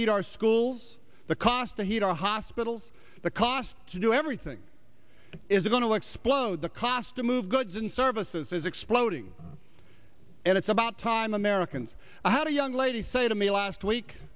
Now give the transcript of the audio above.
heat our schools the cost to heat our hospitals the cost to do everything is going to explode the cost to move goods and services is exploding and it's about time americans how do young lady say to me last week